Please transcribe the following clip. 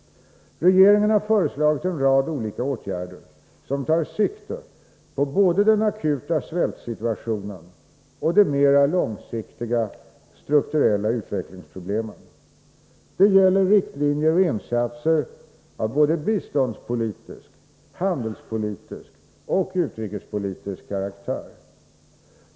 Regeringen har föreslagit en rad olika åtgärder som tar sikte på både den akuta svältsituationen och de mer långsiktiga strukturella utvecklingsproblemen. Det gäller riktlinjer och insatser av både biståndspolitisk, handelspolitisk och utrikespolitisk karaktär.